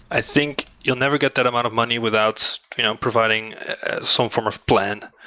i think you'll never get that amount of money without providing some form of plan.